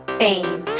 fame